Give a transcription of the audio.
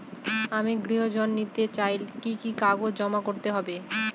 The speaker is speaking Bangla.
আমি গৃহ ঋণ নিতে চাই কি কি কাগজ জমা করতে হবে?